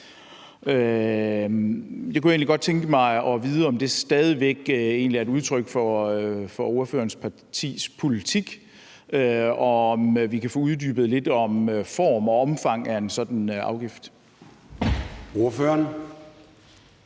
egentlig godt tænke mig at vide, om det stadig væk egentlig er et udtryk for ordførerens partis politik, og om vi kan få uddybet lidt om form og omfang af en sådan afgift.